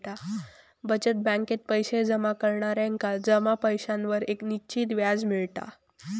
बचत बॅकेत पैशे जमा करणार्यांका जमा पैशांवर एक निश्चित व्याज मिळता